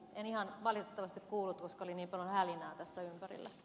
en ihan valitettavasti kuullut koska oli niin paljon hälinää tässä ympärillä